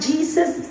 Jesus